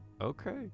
Okay